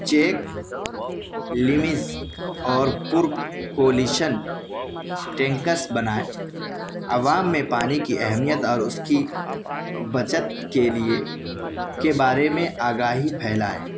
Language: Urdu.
چیک لمز اور پرکولیشن ٹینکس بنائیں عوام میں پانی کی اہمیت اور اس کی بچت کے لیے کے بارے میں آگاہی پھیلائیں